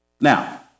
Now